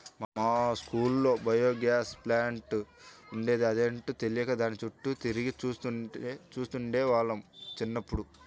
మా స్కూల్లో biogas plant ఉండేది, అదేంటో తెలియక దాని చుట్టూ తిరిగి చూస్తుండే వాళ్ళం చిన్నప్పుడు